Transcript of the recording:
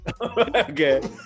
Okay